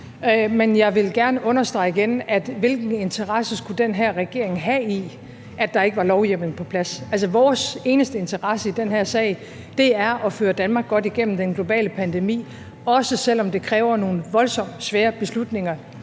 Men jeg vil gerne understrege igen: Hvilken interesse skulle den her regering have i, at der ikke var lovhjemmel på plads? Altså, vores eneste interesse i den her sag er at føre Danmark godt igennem den globale pandemi, også selv om det kræver nogle voldsomt svære beslutninger